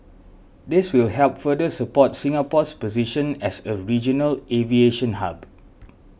this will help further support Singapore's position as a regional aviation hub